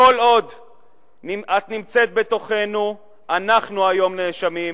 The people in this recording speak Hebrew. את נמצאת בתוכנו, אנחנו היום נאשמים.